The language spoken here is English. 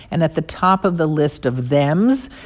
and at the top of the list of thems,